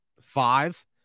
five